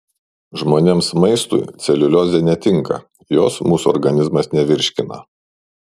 žmonėms maistui celiuliozė netinka jos mūsų organizmas nevirškina